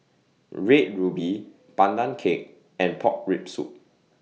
Red Ruby Pandan Cake and Pork Rib Soup